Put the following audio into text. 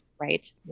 right